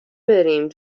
بریم